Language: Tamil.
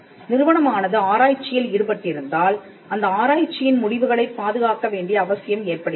நிறுவனமானது ஆராய்ச்சியில் ஈடுபட்டிருந்தால் அந்த ஆராய்ச்சியின் முடிவுகளைப் பாதுகாக்க வேண்டிய அவசியம் ஏற்படுகிறது